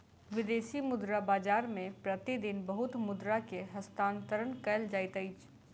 विदेशी मुद्रा बाजार मे प्रति दिन बहुत मुद्रा के हस्तांतरण कयल जाइत अछि